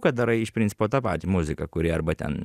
ką darai iš principo tą patį muziką kuri arba ten